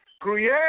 Create